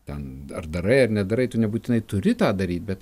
ten ar darai ar nedarai tu nebūtinai turi tą daryt bet